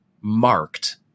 marked